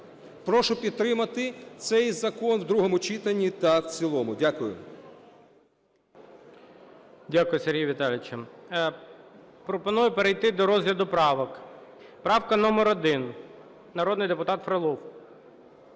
Прошу підтримати цей закон в другому читанні та в цілому. Дякую. ГОЛОВУЮЧИЙ. Дякую, Сергію Віталійовичу. Пропоную перейти до розгляду правок. Правка номер 1, народний депутат Фролов.